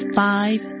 five